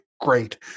great